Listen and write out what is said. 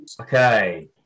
okay